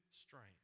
strength